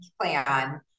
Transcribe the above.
plan